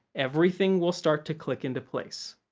everything will start to click into place.